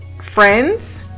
friends